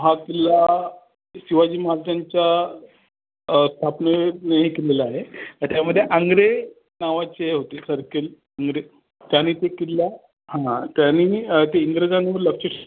हा किल्ला शिवाजी महाराजांच्या स्थापने नेई केलेला आहे त्याच्यामध्ये आंग्रे नावाचे होते सरखेल आंग्रे त्याने ते किल्ला हां त्यानी ते इंग्रजानू